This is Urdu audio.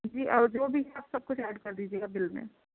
جی اور جو بھی ہے سب کچھ ایڈ کر دیجیے گا بل میں